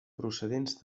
procedents